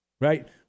right